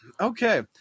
Okay